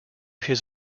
his